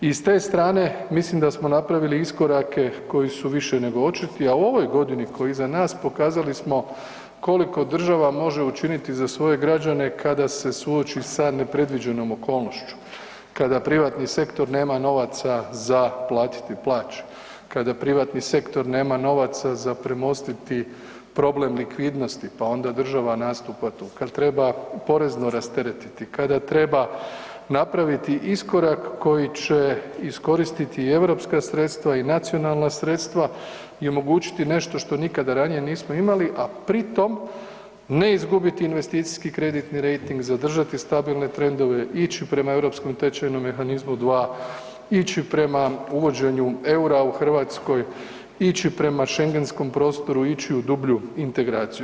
I ste strane mislim da smo napravili iskorake koji su više nego očiti a u ovoj godini koja je iza nas, pokazali smo koliko država može učiniti za svoje građane kada se suoči sa nepredviđenom okolnošću, kada privatni sektor nema novaca za platiti plaće, kada privatni sektor nema novaca za premostiti problem likvidnosti, pa onda država nastupa tu kad treba porezno rasteretiti, kada treba napraviti iskorak koji će iskoristiti europska sredstva i nacionalna sredstva i omogućiti nešto što nikada ranije nismo imali a pritom ne izgubiti investicijski kreditni rejting, zadržati stabilne trendove, ići prema ERM II, ići prema uvođenju eura u Hrvatskoj, ići prema schengenskom prostoru, ići u dublju integraciju.